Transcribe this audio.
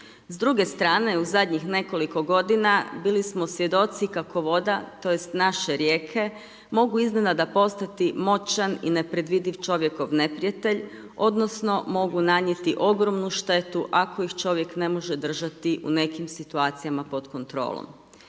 S druge strane u zadnjih nekoliko g. bili smo svjedoci, kako voda, tj. naše rijeke, mogu iznenada postati moćan i neprevediv čovjekov neprijatelj, odnosno, mogu nanijeti ogromnu štetu, ako ih čovjek ne može držati u nekim situacijama, pod kontrolom.